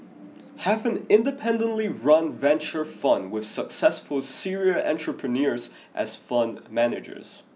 have an independently run venture fund with successful serial entrepreneurs as fund managers